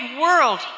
world